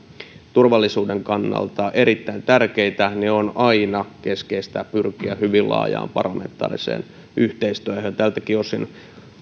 turvallisuuden kannalta erittäin tärkeitä on aina keskeistä pyrkiä hyvin laajaan parlamentaariseen yhteistyöhön tältäkin osin